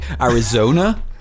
Arizona